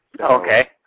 Okay